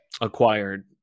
acquired